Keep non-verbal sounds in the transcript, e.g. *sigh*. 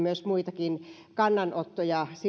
*unintelligible* myös muitakin kannanottoja